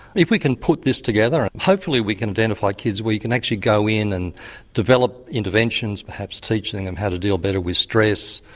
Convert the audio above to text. if we can put this together and hopefully we can identify kids where you can actually go in and develop interventions, perhaps teaching them how to deal better with stress,